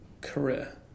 career